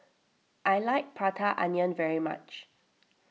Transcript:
I like Prata Onion very much